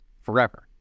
forever